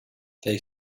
they